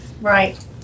right